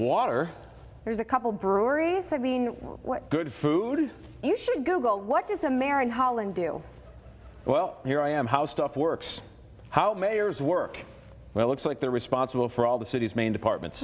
water there's a couple breweries i mean what good food you should google what does america holland do well here i am how stuff works how mayors work well looks like they're responsible for all the city's main departments